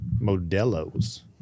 Modelo's